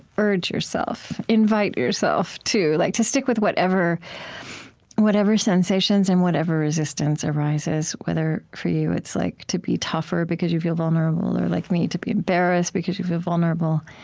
urge yourself. invite yourself, too, like to stick with whatever whatever sensations and whatever resistance arises, whether, for you, it's like to be tougher because you feel vulnerable, or like me, to be embarrassed because you feel vulnerable.